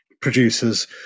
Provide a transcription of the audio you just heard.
Producers